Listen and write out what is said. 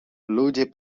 ludzie